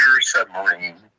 submarine